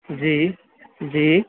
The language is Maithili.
जी जी